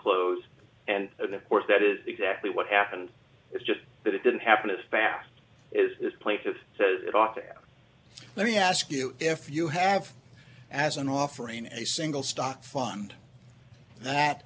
close and of course that is exactly what happened it's just that it didn't happen as fast is plaintive says it off let me ask you if you have as an offering a single stock fund that